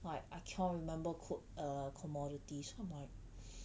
like I cannot remember code commodities 他妈的